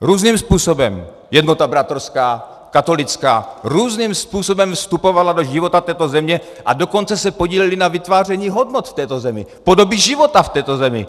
Různým způsobem, Jednota bratrská, katolická, různým způsobem vstupovaly do života této země, a dokonce se podílely na vytváření hodnot v této zemi, podoby života v této zemi.